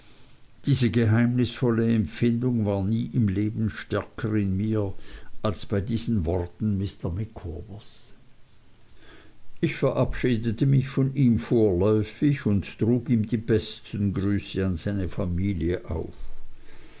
diese geheimnisvolle empfindung war nie im leben stärker in mir als bei diesen worten mr micawbers ich verabschiedete mich von ihm vorläufig und trug ihm die besten grüße an seine familie auf